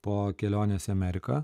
po kelionės į ameriką